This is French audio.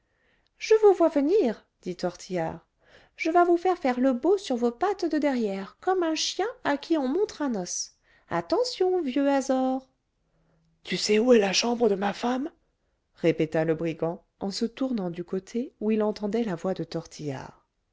je vous vois venir dit tortillard je vas vous faire faire le beau sur vos pattes de derrière comme un chien à qui on montre un os attention vieux azor tu sais où est la chambre de ma femme répéta le brigand en se tournant du côté où il entendait la voix de tortillard